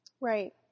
Right